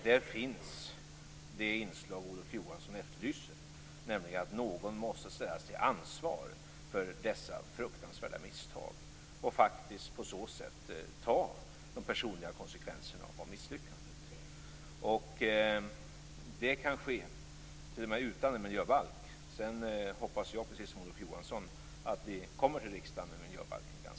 Där finns det inslag som Olof Johansson efterlyser, nämligen att någon måste ställas till ansvar för dessa fruktansvärda misstag och på så sätt ta de personliga konsekvenserna av misslyckandet. Det kan ske t.o.m. utan en miljöbalk. Sedan hoppas jag, precis som Olof Johansson, att vi ganska kvickt kommer till riksdagen med miljöbalken.